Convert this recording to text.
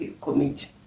committee